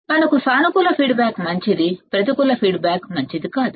మనకు సానుకూల ఫీడ్బ్యాక్ మంచిది ప్రతికూల ఫీడ్బ్యాక్ మంచిది కాదు